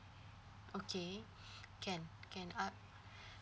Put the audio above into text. okay can can uh